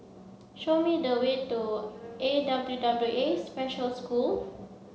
show me the way to A W W A Special School